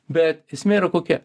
bet esmė yra kokia